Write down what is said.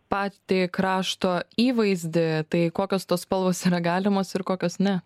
patį krašto įvaizdį tai kokios tos spalvos yra galimos ir kokios ne